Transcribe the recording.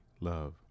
love